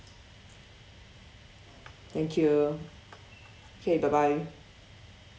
thank you K bye bye